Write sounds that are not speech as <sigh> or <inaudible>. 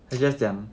<noise>